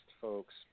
folks